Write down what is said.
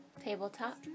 tabletop